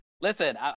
Listen